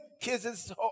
Kisses